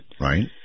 Right